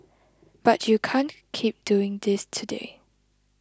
but you can't keep doing this today